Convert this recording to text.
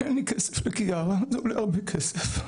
אין לי כסף לקיראה, וזה עולה הרבה כסף.